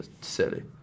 silly